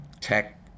tech